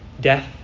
death